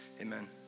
Amen